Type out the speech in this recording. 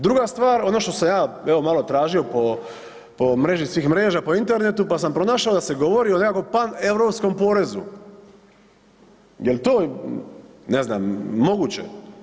Druga stvar, ono što sam ja evo malo tražio po, po mreži svim mreža, po internetu, pa sam pronašao da se govori o nekakvom paneuropskom porezu, jel to, ne znam moguće?